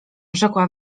rzekła